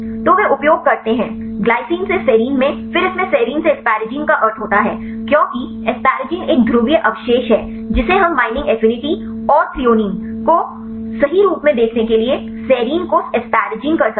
तो वे उपयोग करते हैं ग्लाइसिन से सेरीन में फिर इसमें सेरीन में एस्पेरेगिन का अर्थ होता है क्योंकि एस्परगीन एक ध्रुवीय अवशेष है जिसे हम बईंडिंग एफिनिटी और थ्रेओनीन को सही रूप में देखने के लिए सेरिन को asparagine कर सकते हैं